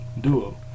duo